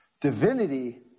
Divinity